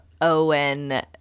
Owen